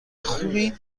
خوبی